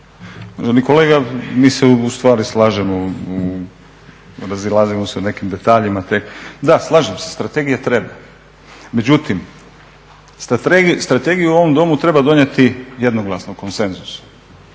Štovani kolega mi se ustvari slažemo, razilazimo se u nekim detaljima tek. Da, slažem se, strategija treba. Međutim, strategiju u ovom Domu treba donijeti jednoglasno, konsenzusom.